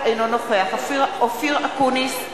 אינו נוכח אופיר אקוניס,